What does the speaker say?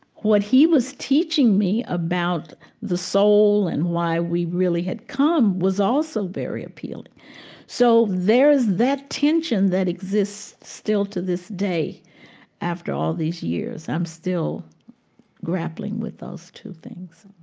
what he was teaching me about the soul and why we really had come was also very appealing so there's that tension that exists still to this day after all these years. i'm still grappling with those two things